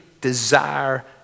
desire